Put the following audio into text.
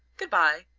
good-bye,